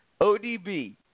ODB